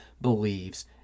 believes